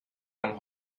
man